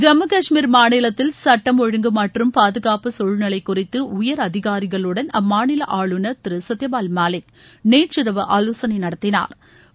ஜம்மு கஷ்மீர் மாநிலத்தில் சட்டம் ஒழுங்கு மற்றும் பாதுகாப்பு சூழ்நிலை குறித்து உயர் அதிகாரிகளுடன் அம்மாநில ஆளுநர் திரு சத்தியபால் மாலிக் நேற்றிரவு ஆலோசனை நடத்தினாா்